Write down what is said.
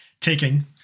taking